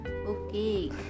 Okay